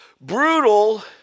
brutal